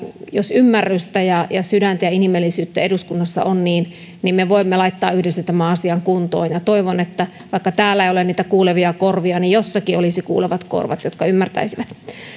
jos ymmärrystä ja sydäntä ja inhimillisyyttä eduskunnassa on niin niin me voimme laittaa yhdessä tämän asian kuntoon ja toivon että vaikka täällä ei ole niitä kuulevia korvia niin jossakin olisi kuulevat korvat jotka ymmärtäisivät